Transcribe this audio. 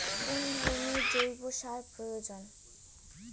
কোন ধরণের জৈব সার প্রয়োজন?